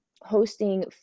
hosting